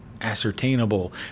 ascertainable